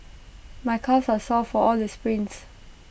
my calves are sore for all the sprints